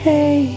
Hey